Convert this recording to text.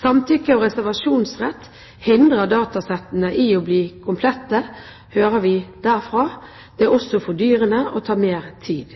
Samtykke og reservasjonsrett hindrer datasettene i å bli komplette, hører vi derfra. Det er også fordyrende og tar mer tid.